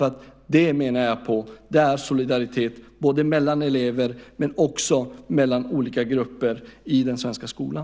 Det är solidaritet mellan elever och mellan olika grupper i den svenska skolan.